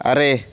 ᱟᱨᱮ